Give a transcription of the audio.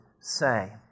say